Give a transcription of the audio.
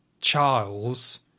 Charles